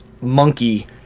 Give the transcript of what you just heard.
monkey